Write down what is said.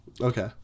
Okay